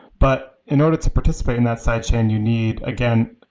but in order to participate in that side chain you need, again,